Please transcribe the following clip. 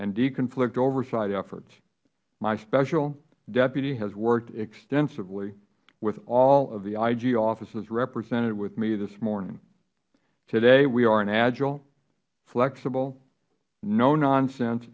and deconflict oversight efforts my special deputy has worked extensively with all of the ig offices represented with me this morning today we are an agile flexible no nonsense